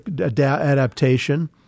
adaptation